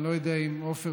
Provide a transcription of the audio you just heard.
אני לא יודע אם עפר,